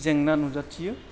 जोंना नुजाथियो